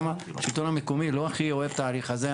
גם השלטון המקומי לא הכי אוהב את ההליך הזה.